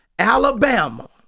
Alabama